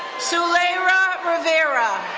solera rivera.